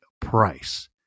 price